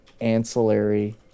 ancillary